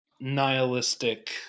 nihilistic